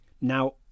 Now